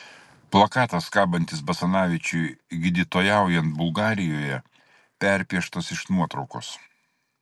plakatas kabantis basanavičiui gydytojaujant bulgarijoje perpieštas iš nuotraukos